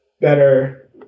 better